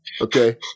Okay